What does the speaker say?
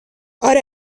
آره